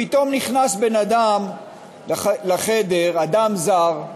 פתאום נכנס בן-אדם לחדר, אדם זר,